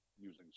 using